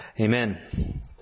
amen